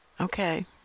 Okay